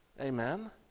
Amen